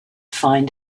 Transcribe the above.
find